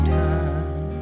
time